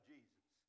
Jesus